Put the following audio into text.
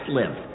live